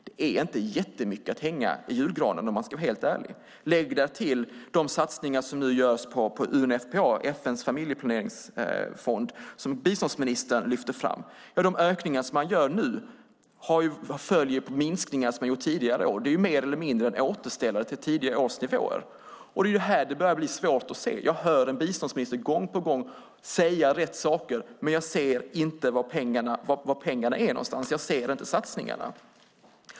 Det är inte jättemycket att hänga i julgranen - om jag ska vara helt ärlig. Lägg därtill de satsningar som nu görs på UNFPA, FN:s familjeplaneringsfond, som biståndsministern lyfte fram. De ökningar som görs nu följer på minskningar som har gjorts tidigare år. Det är mer eller mindre en återställare till tidigare års nivåer. Det är här det börjar bli svårt att se. Jag hör en biståndsminister gång på gång säga rätt saker, men jag ser inte var pengarna är någonstans. Jag ser inte satsningarna.